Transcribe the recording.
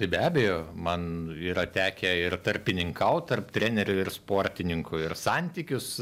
tai be abejo man yra tekę ir tarpininkaut tarp trenerių ir sportininkų ir santykius